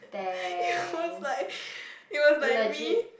it was like it was like me